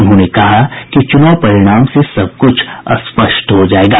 उन्होंने कहा कि चुनाव परिणाम से सब कुछ स्पष्ट हो जायेगा